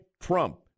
Trump